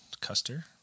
Custer